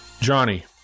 Johnny